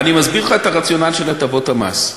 אני מסביר לך את הרציונל של הטבות המס.